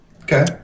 Okay